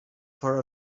for